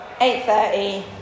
8:30